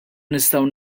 nistgħu